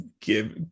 give